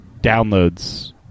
downloads